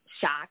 shocked